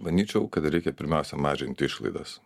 manyčiau kad reikia pirmiausia mažinti išlaidas